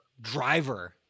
driver